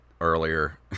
earlier